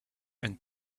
and